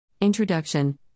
Introduction